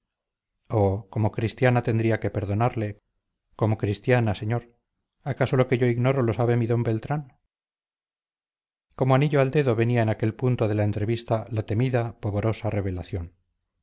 oh como cristiana tendría que perdonarle como cristiana señor acaso lo que yo ignoro lo sabe mi d beltrán como anillo al dedo venía en aquel punto de la entrevista la temida pavorosa revelación